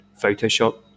Photoshop